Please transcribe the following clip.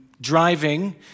driving